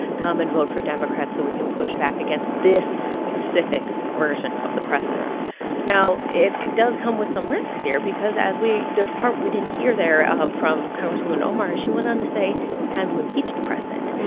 come and vote for democrats so we can push back against this specific version of the president now, it it does come with some risks here because as we the part we didn't hear there um from congresswoman omar is she went on to say it's time to impeach the president.